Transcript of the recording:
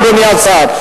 אדוני השר?